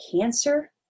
Cancer